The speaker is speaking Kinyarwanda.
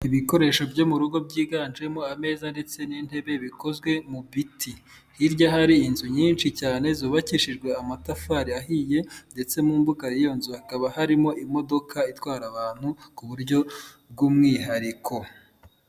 Ibikoresho byo mu rugo byiganjemo ameza ndetse n'intebe bikozwe mu biti, hirya hari inzu nyinshi cyane zubakishijwe amatafari ahiye ndetse mu mbuga y'iyo nzu hakaba harimo imodoka itwara abantu ku buryo bw'umwihariko.